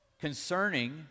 concerning